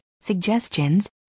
suggestions